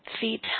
Feet